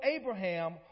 Abraham